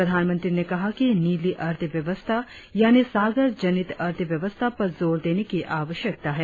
प्रधानमंत्री ने कहा कि नीली अर्थव्यवस्था यानी सागर जनित अर्थव्यवस्था पर जोर देने की आवश्यकता है